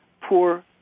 poor